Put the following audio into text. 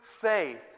faith